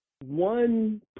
one